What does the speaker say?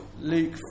Luke